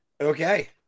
Okay